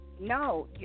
No